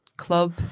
club